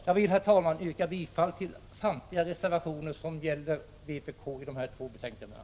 Jag vill, herr talman, yrka bifall till samtliga reservationer som vpk står bakom i de två betänkanden som vi nu behandlar.